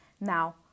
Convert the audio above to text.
now